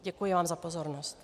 Děkuji vám za pozornost.